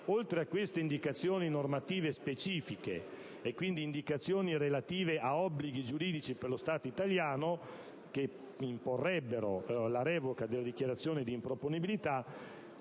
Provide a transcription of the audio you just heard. oltre a queste indicazioni normative specifiche e quindi relative a obblighi giuridici per lo Stato italiano, che imporrebbero la revoca della dichiarazione d'improponibilità,